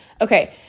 Okay